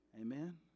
Amen